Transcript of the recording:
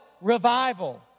Revival